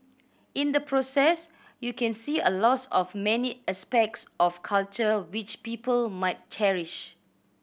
in the process you can see a loss of many aspects of culture which people might cherish